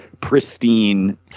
pristine